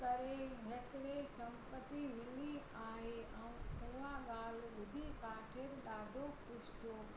करे हेतरी संपति मिली आहे ऐं उहा ॻाल्हि ॿुधी काठेड़ ॾाढो ख़ुशि थियो